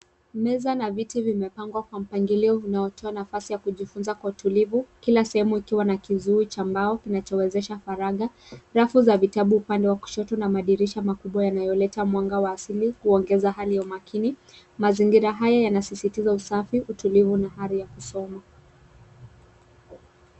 Meza na viti vimepangwa kwa mpangilio unaotoa nafasi ya kujifunza kwa utulivu , kila sehemu ikiwa na kizuizi cha mbao kinachowezesha faragha. Rafu za vitabu upande wa kushoto na madirisha makubwa yanayoleta mwanga wa asili huongeza hali ya umakini. Mazingira haya yanasisitiza usafi , utulivu na ari ya kusoma.